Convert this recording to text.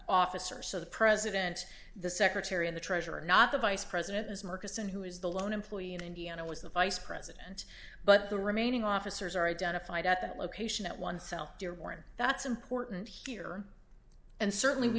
officer so the president the secretary and the treasurer not the vice president as murchison who is the lone employee in indiana was the vice president but the remaining officers are identified at that location at oneself dearborn that's important here and certainly we